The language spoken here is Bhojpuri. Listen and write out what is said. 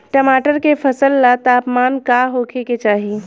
टमाटर के फसल ला तापमान का होखे के चाही?